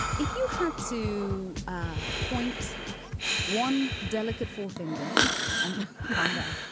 if you had to point one delicate forefinger and kamna